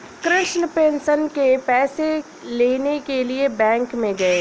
Krishna pension के पैसे लेने के लिए बैंक में गया